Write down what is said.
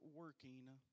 working